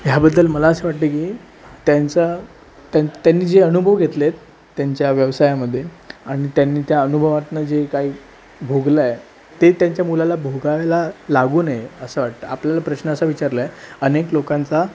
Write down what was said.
ह्याबद्दल मला असं वाटते की त्यांचा त्यां त्यांनी जे अनुभव घेतलेत त्यांच्या व्यवसायामध्ये आणि त्यांनी त्या अनुभवनातून जे काही भोगलं आहे ते त्यांच्या मुलाला भोगायला लागू नये असं वाटतं आपल्याला प्रश्न असा विचारला आहे अनेक लोकांचा